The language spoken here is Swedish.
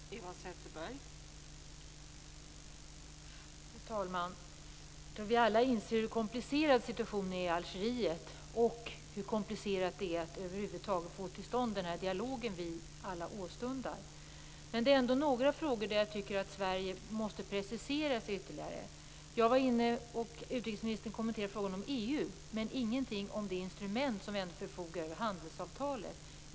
Fru talman! Jag tror att vi alla inser hur komplicerad situationen är i Algeriet och hur komplicerat det är att över huvud taget få till stånd den dialog som vi alla åstundar. Men det finns ändå några frågor där jag tycker att Sverige måste precisera sig ytterligare. Utrikesministern kommenterade frågan om EU, som jag var inne på, men hon sade ingenting om det instrument som vi förfogar över, nämligen handelsavtalet.